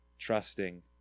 Trusting